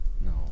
No